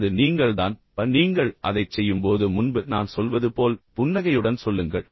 அது நீங்கள்தான் பின்னர் நீங்கள் அதைச் செய்யும்போது முன்பு நான் சொல்வது போல் புன்னகையுடன் சொல்லுங்கள்